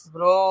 Bro